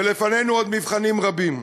ולפנינו עוד מבחנים רבים.